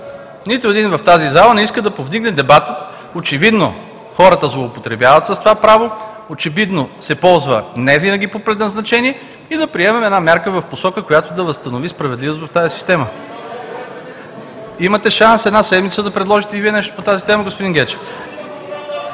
нито един в тази зала не иска да повдигне дебата. Очевидно хората злоупотребяват с това право, очевидно се ползва невинаги по предназначение и да приемем една мярка в посока, която да възстанови справедливост в тази система. (Реплики от „БСП за България“.) Имате шанс една седмица да предложите и Вие нещо по тази тема, господин Гечев.